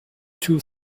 two